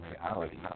reality